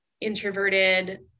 introverted